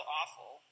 awful